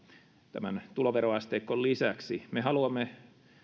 tämän tuloveroasteikon lisäksi me haluamme